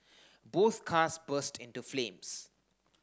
both cars burst into flames